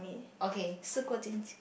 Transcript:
okay